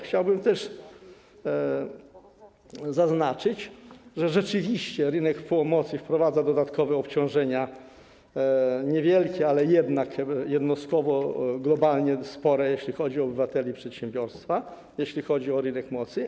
Chciałbym też zaznaczyć, że rzeczywiście rynek mocy wprowadza dodatkowe obciążenia, niewielkie, ale jednostkowo, globalnie spore, jeśli chodzi o obywateli i przedsiębiorstwa, jeśli chodzi o rynek mocy.